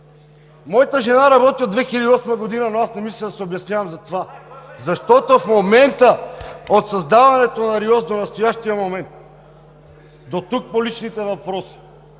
Моята жена работи от 2008 г., но аз не мисля да се обяснявам за това (шум и реплики), от създаването на РИОСВ до настоящия момент. Дотук по личните въпроси,